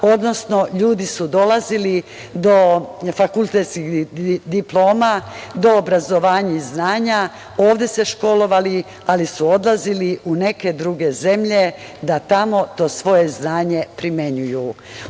odnosno, ljudi su dolazili do fakultetskih diploma, do obrazovanja i znanja, ovde se školovali, ali su odlazili u neke druge zemlje da tamo to svoje znanje primenjuju. Ono